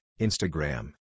Instagram